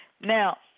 Now